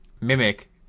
mimic